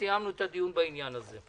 סיימנו את הדיון בעניין הזה.